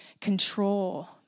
control